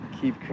Keep